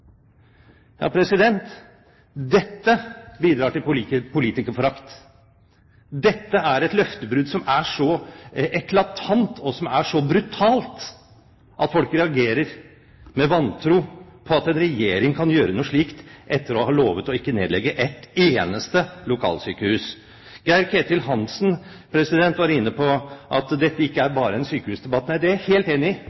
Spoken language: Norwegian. Dette bidrar til politikerforakt. Dette er et løftebrudd som er så eklatant og så brutalt at folk reagerer med vantro på at en regjering kan gjøre noe slikt etter å ha lovet å ikke nedlegge et eneste lokalsykehus. Geir-Ketil Hansen var inne på at dette ikke bare er